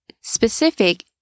specific